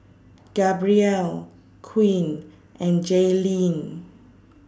Gabrielle Queen and Jayleen